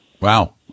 Wow